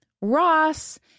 Ross